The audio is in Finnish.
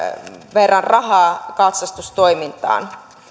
verran rahaa katsastustoimintaan